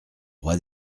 roi